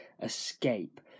escape